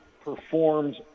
performs